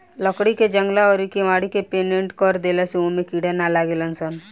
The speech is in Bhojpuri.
लकड़ी के जंगला अउरी केवाड़ी के पेंनट कर देला से ओमे कीड़ा ना लागेलसन